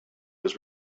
was